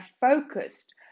focused